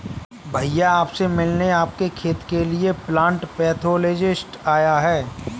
भैया आप से मिलने आपके खेत के लिए प्लांट पैथोलॉजिस्ट आया है